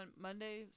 Monday